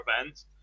events